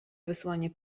wysłanie